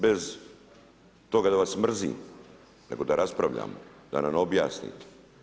Bez toga da vas mrzim, nego da raspravljamo, da nam objasnite.